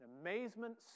amazement